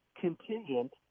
contingent